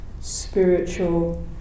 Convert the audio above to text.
Spiritual